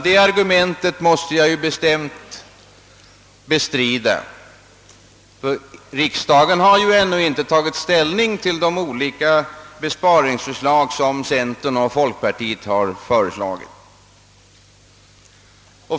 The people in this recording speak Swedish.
Detta argument måste jag bestämt bestrida, ty riksdagen har ändå inte tagit ställning till de olika besparingsförslag som centern och folkpartiet har föreslagit.